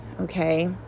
okay